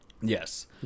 Yes